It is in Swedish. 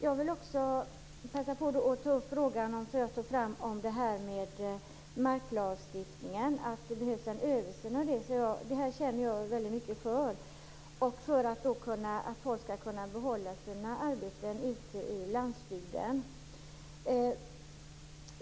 Jag vill också passa på att åter ta upp en fråga som jag känner väldigt mycket för, nämligen att det behövs en översyn av marklagstiftningen för att folk skall kunna behålla sina arbeten ute i landsbygden.